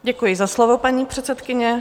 Děkuji za slovo, paní předsedkyně.